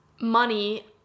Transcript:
money